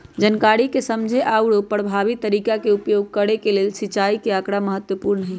जनकारी के समझे आउरो परभावी तरीका के उपयोग करे के लेल सिंचाई के आकड़ा महत्पूर्ण हई